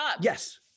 Yes